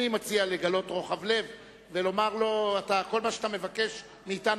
אני מציע לגלות רוחב לב ולומר לו: כל מה שאתה מבקש מאתנו,